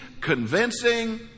convincing